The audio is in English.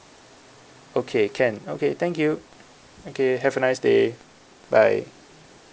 okay can okay thank you okay have a nice day bye